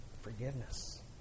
forgiveness